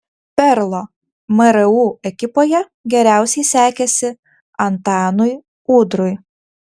perlo mru ekipoje geriausiai sekėsi antanui udrui